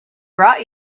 brought